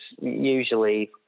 usually